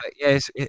yes